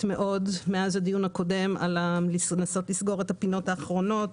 מאוד כדי לסגור את הפינות האחרונות.